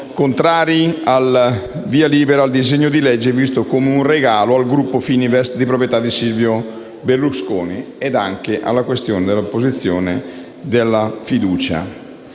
contrari al via libera al disegno di legge, visto come un regalo al gruppo Fininvest di proprietà di Silvio Berlusconi e anche all'apposizione della questione di fiducia.